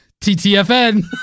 TTFN